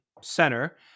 center